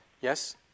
Yes